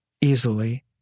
easily